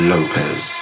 Lopez